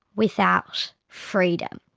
without freedom.